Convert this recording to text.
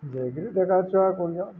ଗ୍ରରି ଦେଖାଯଛୁ ଆ କୁ